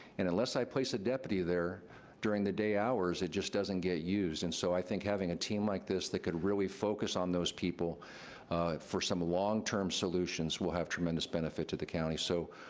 and unless i place a deputy there during the day hours, it just doesn't get used. and so, i think having a team like this, that could really focus on those people for some long-term solutions will have tremendous benefit to the county. so,